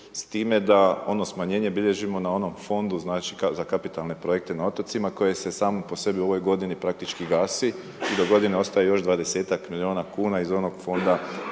s time da ono smanjenje bilježimo na onom fondu za kapitalne projekte na otocima, koje se same po sebi u ovoj godini praktički gasi i dogodine ostaje 20-tk milijuna kn iz onog fonda,